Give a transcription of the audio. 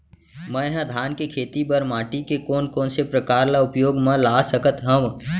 मै ह धान के खेती बर माटी के कोन कोन से प्रकार ला उपयोग मा ला सकत हव?